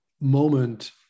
moment